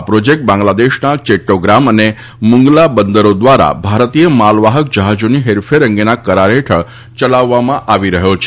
આ પ્રોજેક્ટ બાંગ્લાદેશના ચેદ્દોગ્રામ અને મુંગલા બંદરો દ્વારા ભારતીય માલવાહક જહાજોની હેરફેર અંગેના કરાર હેઠળ ચલાવવામાં આવી રહ્યો છે